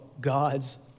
God's